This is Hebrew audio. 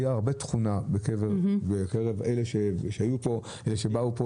הייתה הרבה תכונה בקרב אלה שבאו לכאן